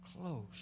Close